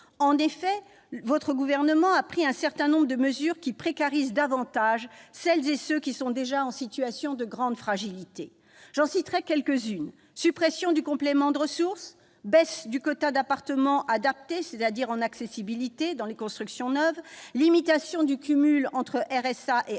En effet, le Gouvernement a pris un certain nombre de mesures qui précarisent davantage celles et ceux qui sont déjà en situation de grande fragilité. J'en citerai quelques-unes : suppression du complément de ressources ; baisse du quota d'appartements adaptés, c'est-à-dire accessibles, dans les constructions neuves ; limitation du cumul entre RSA et AAH